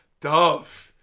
Dove